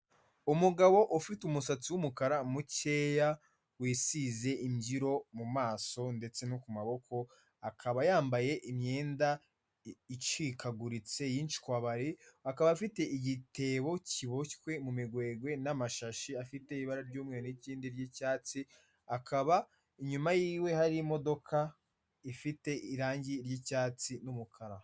Umugabo ufite umusatsi w'umukara mukeya wisize imbyiro mu maso ndetse no ku maboko, akaba yambaye imyenda icikaguritse yincwabari, akaba afite igitebo kiboshywe mu migwegwe n'amashashi afite ibara ry'umweru n'irindi ry'icyatsi, akaba inyuma y'iwe hari imodoka ifite irangi ry'icyatsi n'umukara.